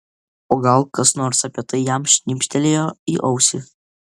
o gal kas nors apie tai jam šnibžtelėjo į ausį